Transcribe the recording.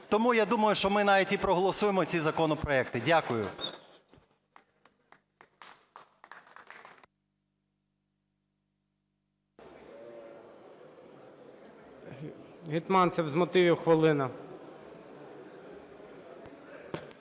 тому я думаю, що ми навіть і проголосуємо ці законопроекти. Дякую.